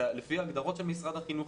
לפי ההגדרות המקצועיות של משרד החינוך,